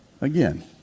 again